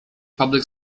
public